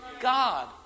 God